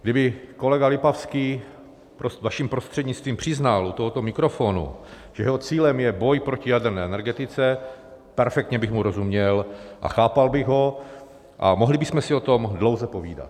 Kdyby kolega Lipavský, vaším prostřednictvím, přiznal u tohoto mikrofonu, že jeho cílem je boj proti jaderné energetice, perfektně bych mu rozuměl a chápal bych ho a mohli bychom si o tom dlouze povídat.